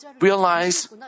realize